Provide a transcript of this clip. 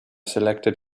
selected